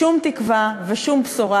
שום תקווה ושום בשורה,